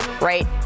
right